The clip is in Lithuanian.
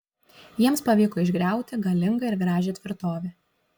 jiems pavyko išgriauti galingą ir gražią tvirtovę